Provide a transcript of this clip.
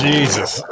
Jesus